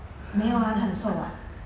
没有啊她很瘦 [what]